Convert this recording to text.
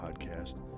podcast